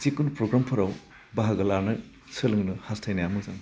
जिखुनु प्रग्रामफोराव बाहागो लानो सोलोंनो हास्थाइनाया मोजां